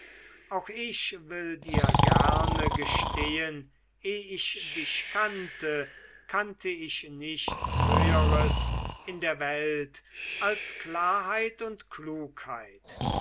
auch will ich dir gerne gestehen eh ich dich kannte kannte ich nichts höheres in der welt als klarheit und klugheit